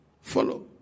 follow